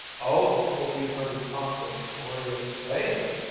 oh, if you'd heard aunt victoria say it!